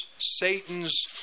Satan's